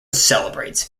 celebrates